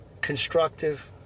constructive